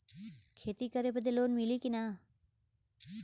खेती करे बदे लोन मिली कि ना?